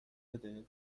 بده